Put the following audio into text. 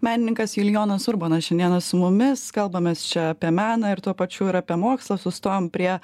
menininkas julijonas urbonas šiandieną su mumis kalbamės čia apie meną ir tuo pačiu ir apie mokslą sustojom prie